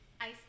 Ice